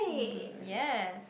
hmm yes